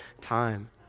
time